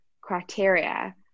criteria